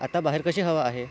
आता बाहेर कशी हवा आहे